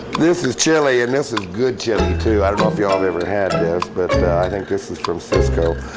this is chilli, and this is good chilli too. i don't know if y'all ever had this, but i think this is from cisco,